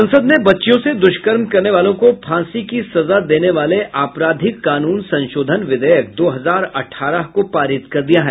संसद ने बच्चियों से दुष्कर्म करने वालों को फांसी की सजा देने वाले आपराधिक कानून संशोधन विधेयक दो हजार अठारह को पारित कर दिया है